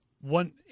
One